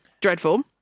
dreadful